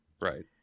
right